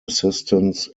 assistants